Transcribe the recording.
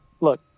look